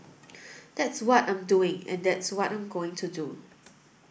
that's what I'm doing and that's what I'm going to do